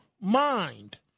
mind